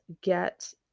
get